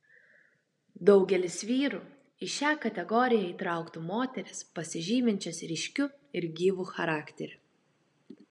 daugelis vyrų į šią kategoriją įtrauktų moteris pasižyminčias ryškiu ir gyvu charakteriu